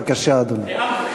בבקשה, אדוני.